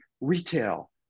retail